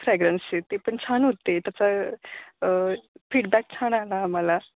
फ्रॅग्रन्सचे ते पण छान होते त्याचा फीडबॅक छान आला आम्हाला